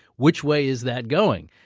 which way is that going?